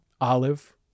olive